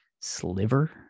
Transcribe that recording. sliver